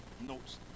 notes